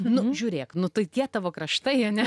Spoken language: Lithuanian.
nu žiūrėk nu tokie tavo kraštai ane